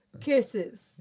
kisses